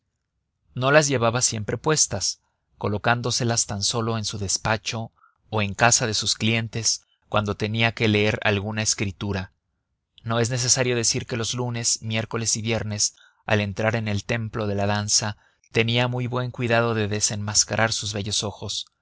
no las llevaba siempre puestas colocándoselas tan sólo en su despacho o en casa de sus clientes cuando tenía que leer alguna escritura no es necesario decir que los lunes miércoles y viernes al entrar en el templo de la danza tenía muy buen cuidado de desenmascarar sus bellos ojos